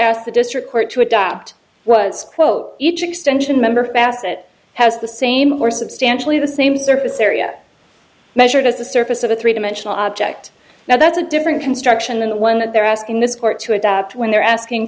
asked the district court to adapt was quote each extension member asset has the same or substantially the same surface area measured as the surface of a three dimensional object now that's a different construction and when they're asking this court to adapt when they're asking